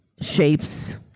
shapes